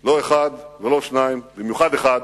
לא אחד ולא שניים, במיוחד אחד.